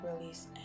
release